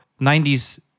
90s